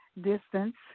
distance